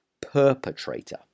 Perpetrator